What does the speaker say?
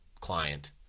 client